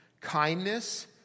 kindness